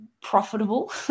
profitable